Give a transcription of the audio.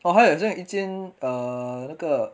啊他好像有一间啊那个